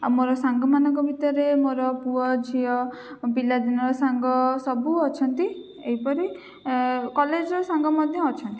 ଆଉ ମୋର ସାଙ୍ଗମାନଙ୍କ ଭିତରେ ମୋର ପୁଅ ଝିଅ ପିଲାଦିନର ସାଙ୍ଗ ସବୁ ଅଛନ୍ତି ଏହିପରି କଲେଜର ସାଙ୍ଗ ମଧ୍ୟ ଅଛନ୍ତି